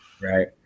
right